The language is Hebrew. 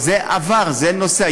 זה עבר, זה נוסע.